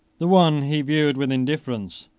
the one he viewed with indifference,